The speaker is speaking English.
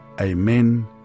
amen